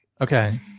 okay